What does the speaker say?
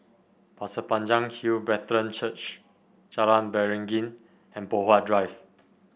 Pasir Panjang Hill Brethren Church Jalan Beringin and Poh Huat Drive